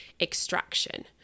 extraction